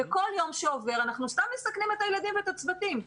כל יום שעובר אנחנו סתם מסכנים את הילדים ואת הצוותים.